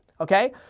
Okay